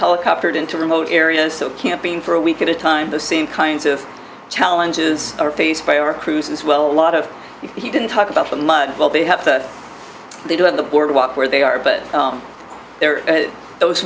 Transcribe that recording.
helicoptered into remote areas camping for a week at a time the same kinds of challenges are faced by our crews as well a lot of he didn't talk about the mud well they have they do have the boardwalk where they are but there are those